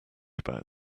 about